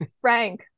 Frank